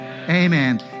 Amen